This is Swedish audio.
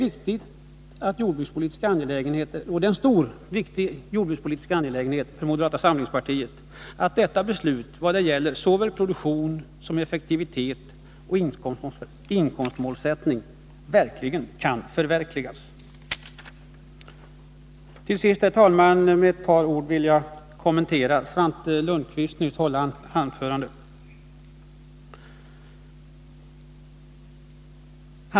Det är en viktig jordbrukspolitisk angelägenhet för moderata samlingspartiet att detta beslut vad gäller såväl produktion som effektivitet och inkomstmålsättning kan förverkligas. Till sist, herr talman, vill jag med några ord kommentera Svante Lundkvists nyss hållna anförande.